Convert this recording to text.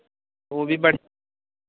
वो भी बढ़ि